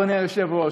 אדוני היושב-ראש,